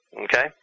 okay